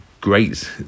great